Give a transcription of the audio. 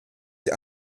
die